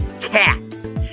cats